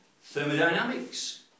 Thermodynamics